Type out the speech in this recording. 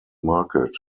market